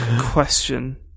question